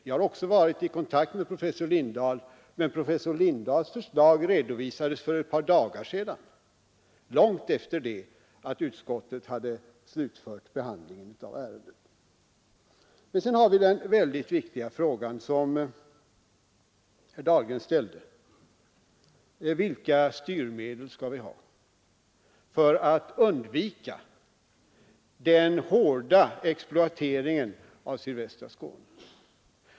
Vi har också varit i kontakt med professor Lindahl, men hans förslag redovisades för ett par dagar sedan, långt efter det att utskottet hade slutfört behandlingen av ärendet. Sedan har vi den väldigt viktiga fråga som herr Dahlgren ställde: Vilka styrmedel skall vi ha för att undvika den hårda exploateringen av sydvästra Skåne?